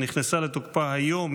שנכנסה לתוקפה היום,